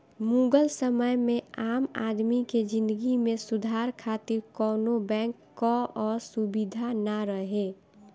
मुगल समय में आम आदमी के जिंदगी में सुधार खातिर कवनो बैंक कअ सुबिधा ना रहे